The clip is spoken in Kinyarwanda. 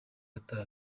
yataye